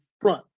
front